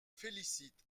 félicite